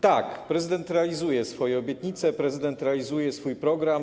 Tak, prezydent realizuje swoje obietnice, prezydent realizuje swój program.